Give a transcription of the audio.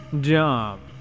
Jump